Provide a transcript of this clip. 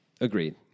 Agreed